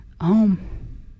home